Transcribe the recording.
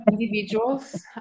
individuals